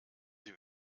sie